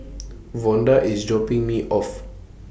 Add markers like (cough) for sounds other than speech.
(noise) Vonda IS dropping Me off